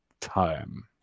time